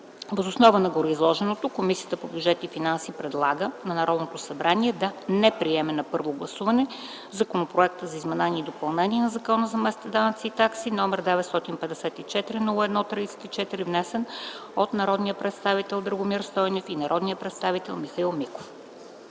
Въз основа на гореизложеното Комисията по бюджет и финанси предлага на Народното събрание да не приеме на първо гласуване Законопроект за изменение и допълнение на Закона за местните данъци и такси, № 954-01-34, внесен от народния представител Драгомир Стойнев и народния представител Михаил Миков.”